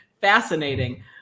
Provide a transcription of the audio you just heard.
Fascinating